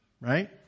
right